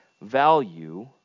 value